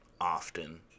often